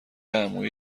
عمویی